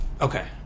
Okay